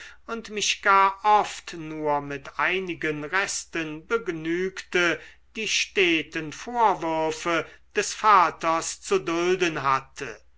und mich gar oft nur mit einigen resten begnügte die steten vorwürfe des vaters zu dulden hatte